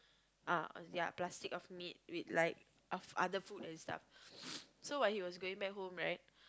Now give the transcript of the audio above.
ah ya plastic of meat with like of other food and stuff so when he was going back home right